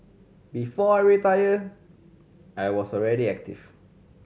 before I retired I was already active